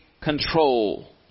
control